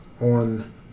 on